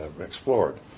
explored